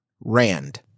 rand